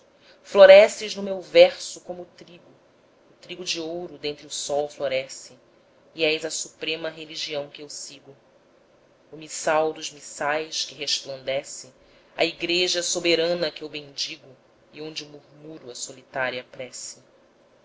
floresces no meu verso como o trigo o trigo de ouro dentre o sol floresce e és a suprema religião que eu sigo o missal dos missais que resplandece a igreja soberana que eu bendigo e onde murmuro a solitária prece